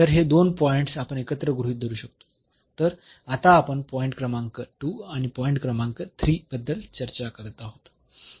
तर हे दोन पॉईंट्स आपण एकत्र गृहीत धरू शकतो तर आता आपण पॉईंट क्रमांक 2 आणि पॉईंट क्रमांक 3 बद्दल चर्चा करत आहोत म्हणून 0 आणि